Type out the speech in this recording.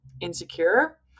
insecure